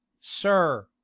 sir